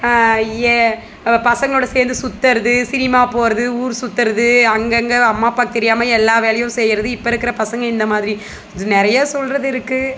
ஏ பசங்களோட சேந்து சுற்றுறது சினிமா போகிறது ஊர் சுற்றுறது அங்கங்க அம்மா அப்பாக்கு தெரியாமல் எல்லா வேலையும் செய்கிறது இப்போ இருக்கிற பசங்கள் இந்த மாதிரி இது நிறைய சொல்கிறது இருக்குது